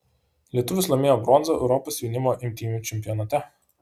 lietuvis laimėjo bronzą europos jaunimo imtynių čempionate